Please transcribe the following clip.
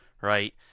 Right